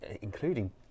including